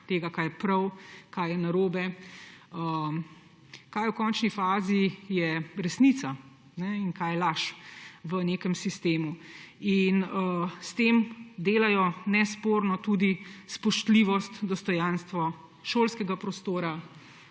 tega, kaj je prav, kaj je narobe, kaj je v končni fazi resnica in kaj je laž v nekem sistemu. S tem delajo nesporno tudi spoštljivost, dostojanstvo šolskega prostora,